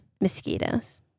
mosquitoes